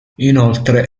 inoltre